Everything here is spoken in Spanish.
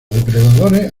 depredadores